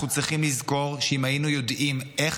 אנחנו צריכים לזכור שאם היינו יודעים איך